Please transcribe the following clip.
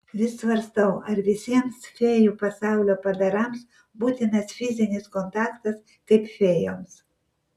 vis svarstau ar visiems fėjų pasaulio padarams būtinas fizinis kontaktas kaip fėjoms